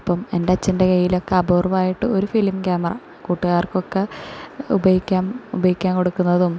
അപ്പം എന്റെ അച്ഛന്റെ കയ്യിലൊക്കെ അപൂർവ്വം ആയിട്ട് ഒരു ഫിലിം ക്യാമറ കൂട്ടുകാർക്കൊക്കെ ഉപയോഗിക്കാൻ ഉപയോഗിക്കാൻ കൊടുക്കുന്നതും